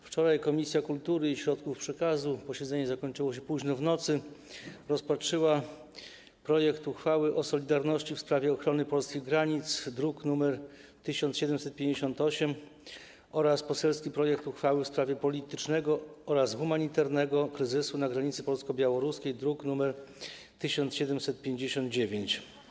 Wczoraj Komisja Kultury i Środków Przekazu - posiedzenie komisji zakończyło się późno w nocy - rozpatrzyła projekt uchwały o solidarności w sprawie ochrony polskich granic, druk nr 1758, oraz poselski projekt uchwały w sprawie politycznego oraz humanitarnego kryzysu na granicy polsko-białoruskiej, druk nr 1759.